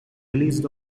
released